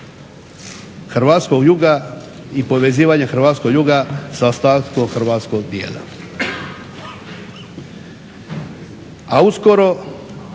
hrvatskog juga i povezivanja hrvatskog juga sa ostatkom hrvatskog dijela. A uskoro